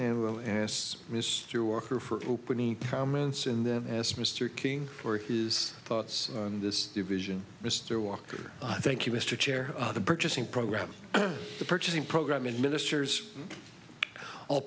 gas mr walker for opening comments and then as mr king for his thoughts on this division mr walker i thank you mr chair the purchasing program the purchasing program and ministers all